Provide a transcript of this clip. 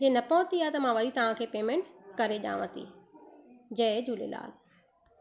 जीअं न पहुती आ त मां वरी तव्हांखे पेमेंट करे ॾियाव थी जय झूलेलाल